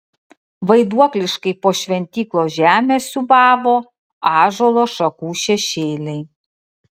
vaiduokliškai po šventyklos žemę siūbavo ąžuolo šakų šešėliai